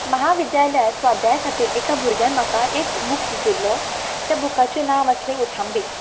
म्हाविद्यालयात स्वाध्याय खातीर एका भुरग्यान म्हाका एक बूक सुचयल्लो ते बुकाचें नांव आसलें ओथांबे